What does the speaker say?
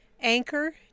Anchor